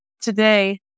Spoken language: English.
Today